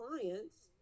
clients